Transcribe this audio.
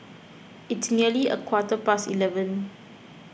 its nearly a quarter past eleven